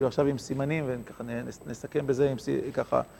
ועכשיו עם סימנים, ונסכם בזה עם ככה.